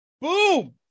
Boom